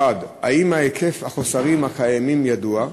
רצוני לשאול: 1. האם היקף החוסרים הקיימים ידוע?